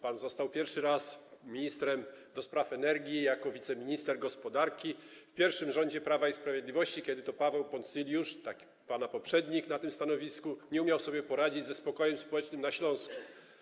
Pan został pierwszy raz ministrem do spraw energii jako wiceminister gospodarki w pierwszym rządzie Prawa i Sprawiedliwości, kiedy to Paweł Poncyljusz, pana poprzednik na tym stanowisku, nie umiał sobie poradzić ze spokojem społecznym na Śląsku.